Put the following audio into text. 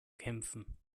kämpfen